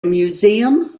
museum